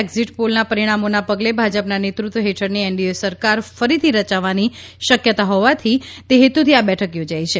exit પોલના પરિજ્ઞામોના પગલે ભાજપના નેતૃત્વ હેઠળની એનડીએ સરકાર ફરીથી રચાવાની શકયતા હેતુથી આ બેઠક યોજાઇ છે